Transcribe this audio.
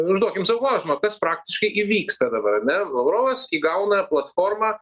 užduokim sau klausimą kas praktiškai įvyksta dabar ar ne lavrovas įgauna platformą